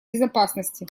безопасности